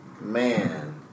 Man